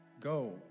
Go